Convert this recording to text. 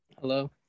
hello